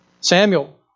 Samuel